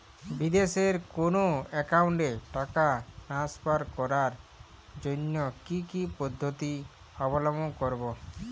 বিদেশের কোনো অ্যাকাউন্টে টাকা ট্রান্সফার করার জন্য কী কী পদ্ধতি অবলম্বন করব?